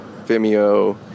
Vimeo